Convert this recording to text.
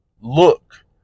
Look